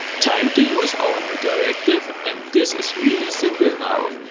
time to use our new directive. and this is really simple now.